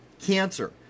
cancer